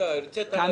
הרצת להם הרצאה.